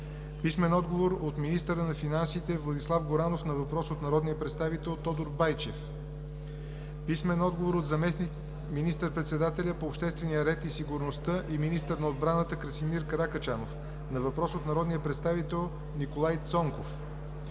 Милев; - министъра на финансите Владислав Горанов на въпрос от народния представител Тодор Байчев; - заместник министър-председателя по обществения ред и сигурността и министър на отбраната Красимир Каракачанов на въпрос от народния представител Николай Цонков;